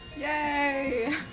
Yay